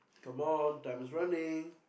come on time's running